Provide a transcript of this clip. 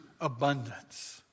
abundance